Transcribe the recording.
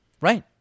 Right